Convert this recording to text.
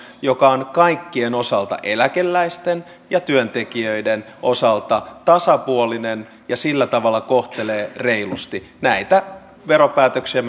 joka on kaikkien eläkeläisten ja työntekijöiden osalta tasapuolinen ja sillä tavalla kohtelee reilusti näitä veropäätöksiä